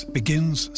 begins